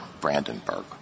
Brandenburg